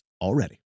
already